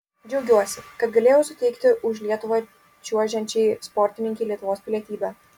džiaugiuosi kad galėjau suteikti už lietuvą čiuožiančiai sportininkei lietuvos pilietybę